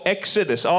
Exodus